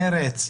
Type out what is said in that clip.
מרצ,